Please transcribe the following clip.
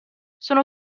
sono